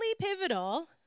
pivotal